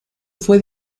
fue